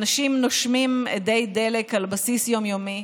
אנשים נושמים אדי דלק על בסיס יום-יומי,